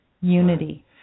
unity